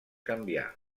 canvià